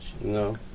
No